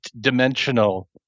dimensional